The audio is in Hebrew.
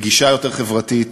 רגישה יותר חברתית,